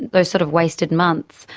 those sort of wasted months,